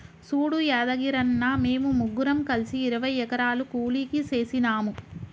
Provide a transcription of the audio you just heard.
సూడు యాదగిరన్న, మేము ముగ్గురం కలిసి ఇరవై ఎకరాలు కూలికి సేసినాము